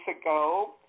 ago